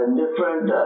different